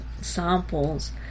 samples